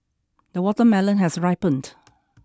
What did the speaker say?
the watermelon has ripened